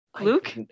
Luke